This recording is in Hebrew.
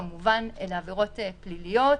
כמובן אלה עבירות פליליות.